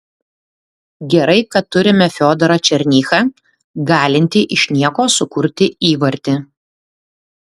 gerai kad turime fiodorą černychą galintį iš nieko sukurti įvartį